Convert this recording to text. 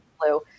blue